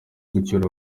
gucyura